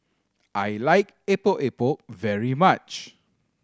I like Epok Epok very much